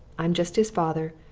i'm just his father,